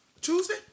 Tuesday